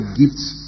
gifts